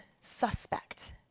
suspect